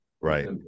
Right